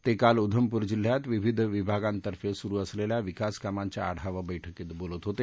ते काल उधमपूर जिल्ह्यात विविध विभागांतर्फे सुरु असलेल्या विकास कामांच्या आढावा बैठकीत बोलत होते